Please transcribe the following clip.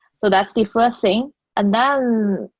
so that's the first thing. and then,